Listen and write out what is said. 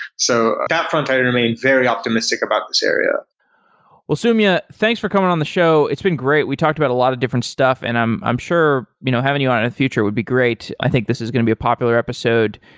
so that front i remain very optimistic about this area well, soumya thanks for coming on the show. it's been great. we talked about a lot of different stuff and i'm i'm sure you know having you on in the future would be great. i think this is a going to be a popular episode.